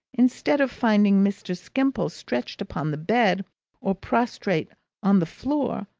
instead of finding mr. skimpole stretched upon the bed or prostrate on the floor,